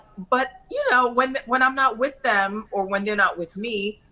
but you know, when when i'm not with them, or when they're not with me,